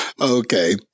okay